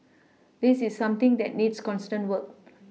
this is something that needs constant work